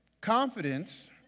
Confidence